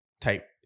type